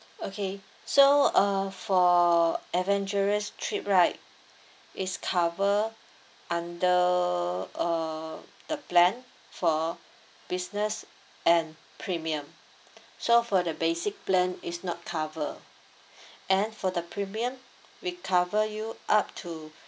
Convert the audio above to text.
okay so uh for adventurous trip right it's cover under uh the plan for business and premium so for the basic plan it's not cover and for the premium we'll cover you up to